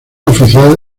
oficial